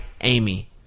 amy